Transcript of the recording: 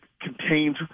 contains